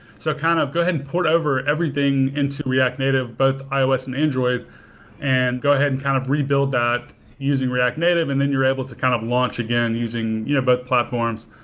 so kind of go ahead and port over everything into react native both ios and android and go ahead and kind of rebuild that using react native and then you're able to kind of launch again using you know both platforms.